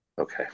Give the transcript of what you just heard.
Okay